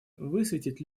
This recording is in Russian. высветить